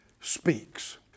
speaks